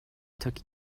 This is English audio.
took